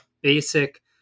basic